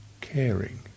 caring